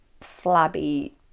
flabby